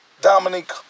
Dominique